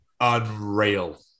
unreal